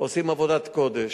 עושים עבודת קודש.